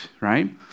right